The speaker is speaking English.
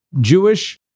Jewish